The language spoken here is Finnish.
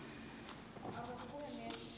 arvoisa puhemies